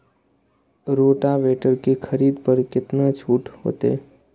Rotavator के खरीद पर केतना छूट होते?